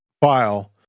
file